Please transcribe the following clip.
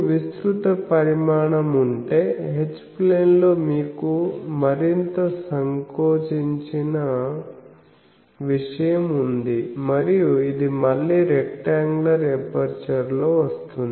మీకు విస్తృత పరిమాణం ఉంటే H ప్లేన్లో మీకు మరింత సంకోచించిన విషయం ఉంది మరియు ఇది మళ్ళీ రెక్టాంగ్యులర్ ఎపర్చరు లో వస్తుంది